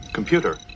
computer